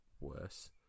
worse